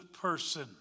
person